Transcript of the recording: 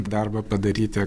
darbo padaryti